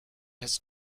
has